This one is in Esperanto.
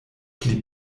pli